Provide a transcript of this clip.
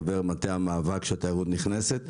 חבר מטה מאבק התיירות הנכנסת.